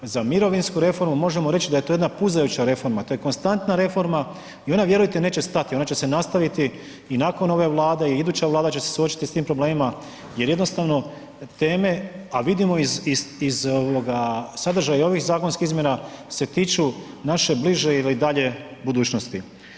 Za mirovinsku reformu možemo reći da je to jedna puzajuća reforma, to je konstantna reforma i ona vjerujte neće stati, ona će se nastaviti i nakon ove Vlade i iduća Vlada će se suočiti sa tim problemima jer jednostavno teme a vidimo iz sadržaja i ovih zakonskim izmjena se tiču naše bliže ili dalje budućnosti.